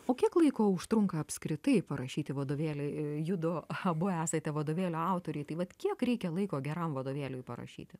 o kiek laiko užtrunka apskritai parašyti vadovėlį judu abu esate vadovėlių autoriai tai vat kiek reikia laiko geram vadovėliui parašyti